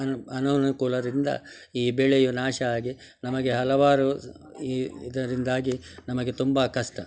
ಅನ್ ಅನಾನುಕೂಲದಿಂದ ಈ ಬೆಳೆಯು ನಾಶ ಆಗಿ ನಮಗೆ ಹಲವಾರು ಈ ಇದರಿಂದಾಗಿ ನಮಗೆ ತುಂಬ ಕಷ್ಟ